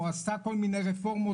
או עשתה כל מיני רפורמות,